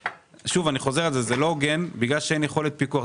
זה לא הוגן שהם ייפגעו בגלל שאין יכולת פיקוח.